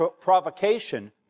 provocation